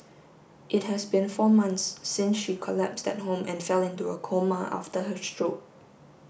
it has been four months since she collapsed at home and fell into a coma after her stroke